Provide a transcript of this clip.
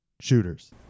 Shooters